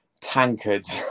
tankards